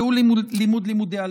והוא לימוד לימודי הליבה.